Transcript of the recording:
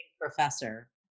Professor